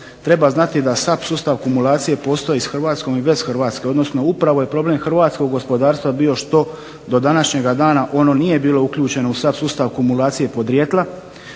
Treba znati da SAP sustav akumulacije postoji i s Hrvatskom i bez Hrvatske, odnosno upravo je problem hrvatskog gospodarstva bio što do današnjega dana ono nije bilo uključeno u SAP sustav akumulacije podrijetla,